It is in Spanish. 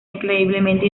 increíblemente